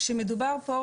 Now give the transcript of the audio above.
-- שמדובר פה,